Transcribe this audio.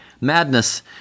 Madness